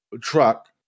truck